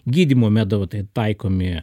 gydymo metodai taikomi